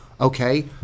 Okay